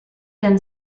then